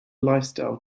lifestyle